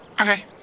Okay